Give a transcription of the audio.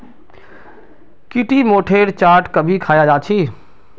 की टी मोठेर चाट कभी ख़या छि